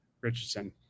richardson